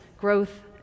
growth